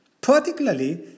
Particularly